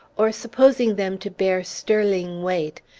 or, supposing them to bear sterling weight,